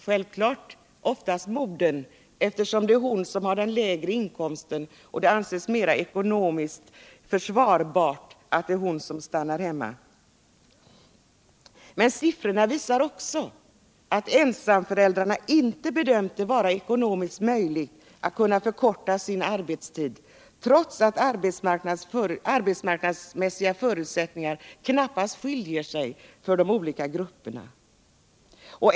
Självfallet blir det då oftast modern som gör det, eftersom det brukar vara hon som har den lägre inkomsten och det dä anses ekonomiskt mer försvarbart att det är hon som stannar hemma. Men siffrorna visar också att ensamföräldrarna inte bedömt det vara ekonomiskt möjligt att förkorta sin arbetstid trots att de arbetsmarknadsmässiga förutsättningarna knappast skiljer sig för de olika grupperna.